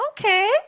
okay